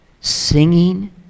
singing